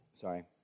Sorry